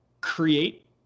create